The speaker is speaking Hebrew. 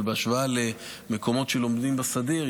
אבל בהשוואה למקומות שלומדים בהם באופן סדיר,